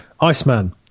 Iceman